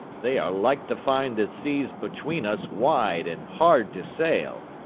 they are like to find the seas between us wide and hard to sail.